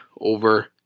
over